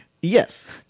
Yes